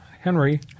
Henry